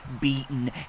beaten